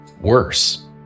Worse